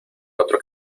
otro